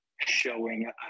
showing